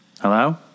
Hello